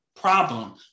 problem